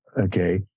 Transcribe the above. okay